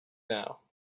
now